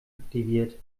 aktiviert